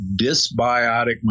dysbiotic